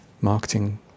marketing